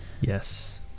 Yes